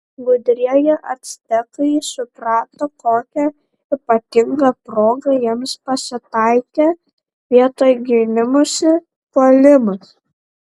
gudrieji actekai suprato kokia ypatinga proga jiems pasitaikė vietoj gynimosi puolimas